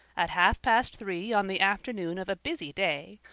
at half-past three on the afternoon of a busy day,